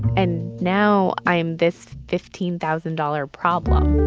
and now i am this fifteen thousand dollars problem